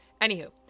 Anywho